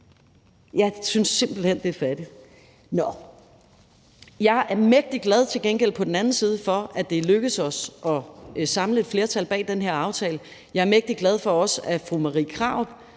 Jeg synes simpelt hen, det er fattigt. Jeg er til gengæld mægtig glad for, at det er lykkedes os at samle et flertal bag den her aftale. Jeg er også mægtig glad for, at fru Marie Krarup